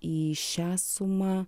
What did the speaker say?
į šią sumą